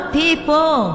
people